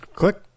click